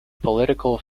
political